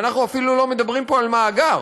ואנחנו אפילו לא מדברים פה על מאגר,